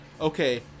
Okay